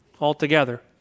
altogether